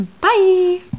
Bye